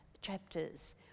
chapters